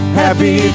happy